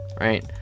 right